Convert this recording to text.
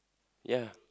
ya